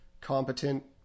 competent